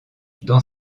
dans